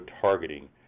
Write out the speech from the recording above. targeting